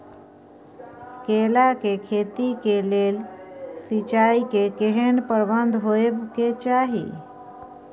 केला के खेती के लेल सिंचाई के केहेन प्रबंध होबय के चाही?